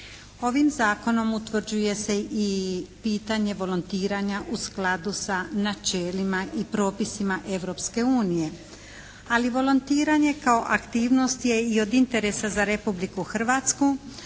Ovim zakonom utvrđuje se i pitanje volontiranja u skladu sa načelima i propisima Europske unije. Ali volontiranje kao aktivnost je i od interesa za Republiku Hrvatsku,